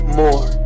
more